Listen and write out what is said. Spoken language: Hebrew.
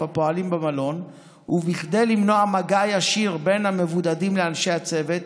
הפועלים במלון וכדי למנוע מגע ישיר בין המבודדים לאנשי הצוות,